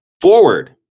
forward